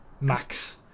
max